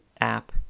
app